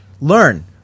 Learn